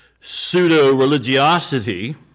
pseudo-religiosity